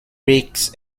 brakes